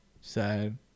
sad